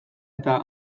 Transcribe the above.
eta